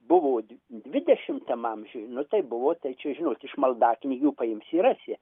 buvo dvidešimtam amžiuj nu tai buvo tai čia žinot iš maldaknygių paimsi rasi